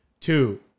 Two